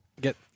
get